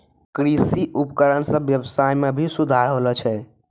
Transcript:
कृषि उपकरण सें ब्यबसाय में भी सुधार होलो छै